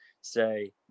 say